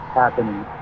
happening